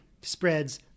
spreads